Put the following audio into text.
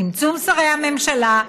צמצום שרי הממשלה,